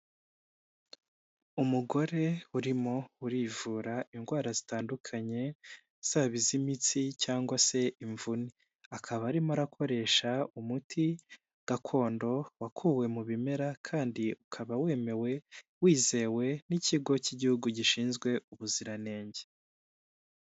Umugore urimo urivura indwara zitandukanye, zaba iz'imitsi cyangwa se imvune, akaba arimo akoresha umuti gakondo wakuwe mu bimera kandi ukaba wemewe, wizewe n'ikigo cy'igihugu gishinzwe ubuziranenge.